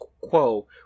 quo